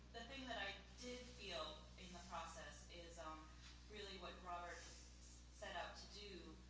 the thing that i did feel in the process is um really what robert set out to do,